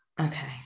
Okay